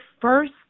first